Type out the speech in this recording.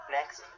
Next